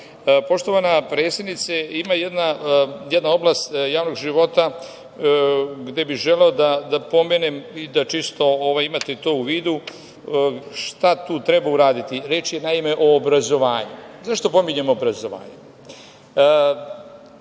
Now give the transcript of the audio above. stvar. Poštovana predsednice, ima jedna oblast javnog života gde bih želeo da pomenem i da imate to u vidu šta tu treba uraditi. Reč je o obrazovanju. Zašto pominjem obrazovanje?